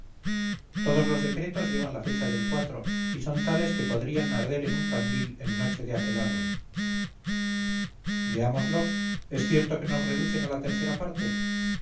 todos los decretos llevan la fecha del y son tales que podrían arder en un candil en noche de aquelarre veámoslos es cierto que nos reducen a la tercera parte